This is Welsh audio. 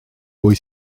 wyt